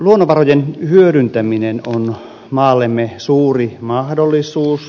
luonnonvarojen hyödyntäminen on maallemme suuri mahdollisuus